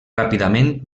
ràpidament